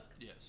Yes